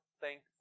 thankful